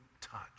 touch